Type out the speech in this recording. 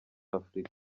afrika